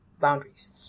boundaries